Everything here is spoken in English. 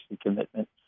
commitment